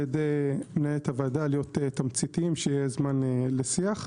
ידי מנהלת הוועדה להיות תמציתיים שיהיה זמן לשיח.